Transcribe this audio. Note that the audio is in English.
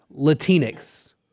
Latinx